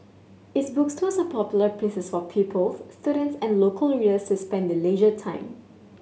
its bookstores are popular pieces for pupils students and local readers to spend their leisure time